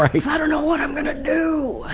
cause i don't know what i'm going to do!